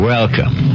Welcome